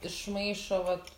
išmaišo vat